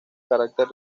carácter